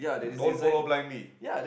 don't follow blindly